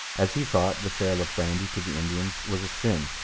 as he saw the sale of brandy to the indians was a sin,